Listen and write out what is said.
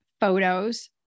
photos